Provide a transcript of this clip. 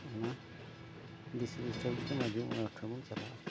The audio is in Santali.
ᱚᱱᱟ ᱫᱤᱥ ᱦᱩᱫᱤᱥ ᱞᱟᱹᱜᱤᱫ ᱛᱮ ᱢᱟᱹᱡᱷᱤ ᱢᱚᱬᱮ ᱦᱚᱲ ᱴᱷᱮᱱ ᱵᱚᱱ ᱪᱟᱞᱟᱜᱼᱟ